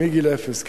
מגיל אפס.